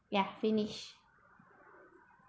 ya finished